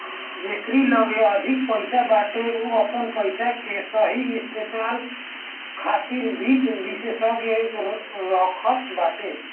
जेकरी लगे अधिक पईसा बाटे उ अपनी पईसा के सही इस्तेमाल खातिर वित्त विशेषज्ञ रखत बाटे